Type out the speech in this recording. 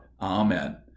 Amen